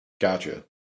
Gotcha